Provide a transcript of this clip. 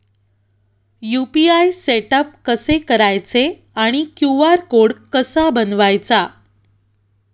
UPI setup कसे करायचे आणि क्यू.आर कोड कसा बनवायचा?